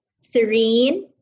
serene